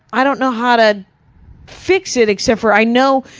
i don't know how to fix it except for i know,